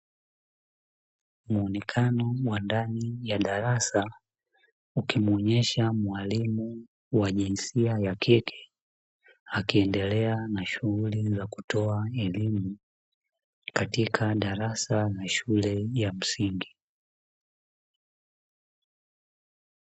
Muonekano wa ndani ya darasa, ukimuonyesha mwalimu wa jinsia ya kike. Akiendelea na shughuli za kutoa elimu katika darasa ya shule ya msingi.